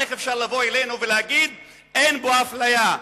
איך אפשר לבוא אלינו ולהגיד: אין פה אפליה?